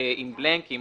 עם בלאנק, עם